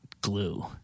glue